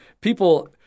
people –